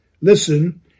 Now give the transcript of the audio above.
listen